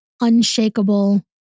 unshakable